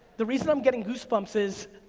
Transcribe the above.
the reason i'm getting goosebumps is,